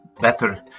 better